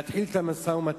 להתחיל את המשא-ומתן,